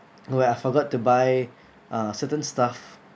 where I forgot to buy uh certain stuff